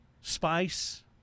spice